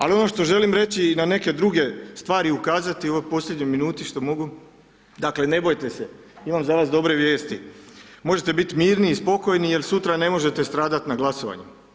Ali ono što želim reći i na neke druge stari ukazati u ovoj posljednjoj minuti što mogu, dakle ne bojte se imam za vas dobre vijesti, možete biti mirni i spokojni jer sutra ne možete stradati na glasovanju.